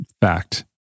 Fact